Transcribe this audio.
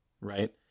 right